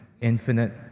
infinite